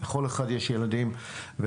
לכל אחד יש ילדים ונכדים.